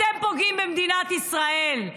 אתם פוגעים במדינת ישראל.